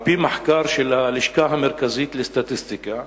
על-פי מחקר של הלשכה המרכזית לסטטיסטיקה,